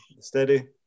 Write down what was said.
steady